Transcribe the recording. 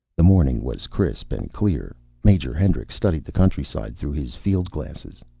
the morning was crisp and clear. major hendricks studied the countryside through his fieldglasses.